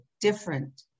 different